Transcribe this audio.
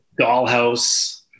dollhouse